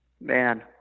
Man